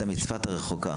אתה מצפת הרחוקה.